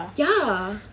ya